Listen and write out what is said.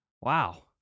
Wow